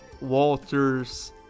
Walters